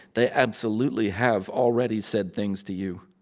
they absolutely have already said things to you.